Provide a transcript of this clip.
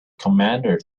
commander